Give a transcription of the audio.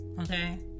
Okay